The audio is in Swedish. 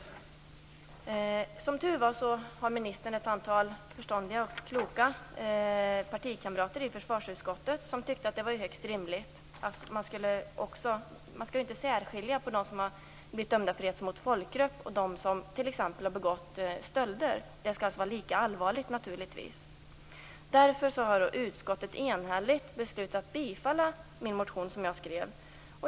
Som tur är har ministern ett antal förståndiga och kloka partikamrater i försvarsutskottet som tyckte att det var högst rimligt att man inte skulle göra skillnad mellan dem som har blivit dömda för hets mot folkgrupp och dem som t.ex. har begått stölder. Det skall naturligtvis vara lika allvarligt. Därför har utskottet enhälligt beslutat att tillstyrka den motion som jag skrev.